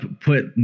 put